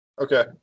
Okay